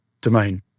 domain